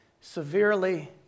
severely